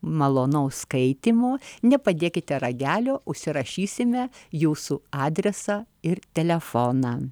malonaus skaitymo nepadėkite ragelio užsirašysime jūsų adresą ir telefoną